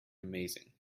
amazing